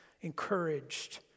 encouraged